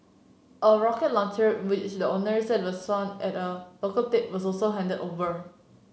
a rocket launcher which the owner said at a local tip was also handed over